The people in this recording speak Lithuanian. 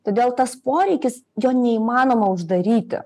todėl tas poreikis jo neįmanoma uždaryti